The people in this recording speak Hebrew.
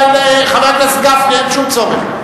חבר הכנסת גפני, אין שום צורך.